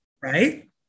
right